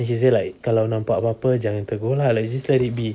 she said like kalau nampak apa-apa jangan tegur lah just let it be